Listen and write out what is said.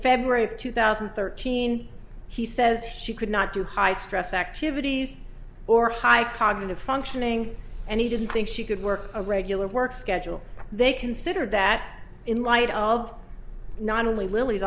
february of two thousand and thirteen he says she could not do high stress activities or high cognitive functioning and he didn't think she could work a regular work schedule they consider that in light of not only lily